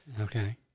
Okay